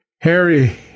Harry